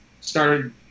started